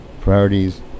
priorities